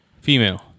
female